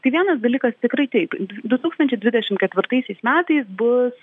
tai vienas dalykas tikrai taip du tūkstančiai dvidešimt ketvirtaisiais metais bus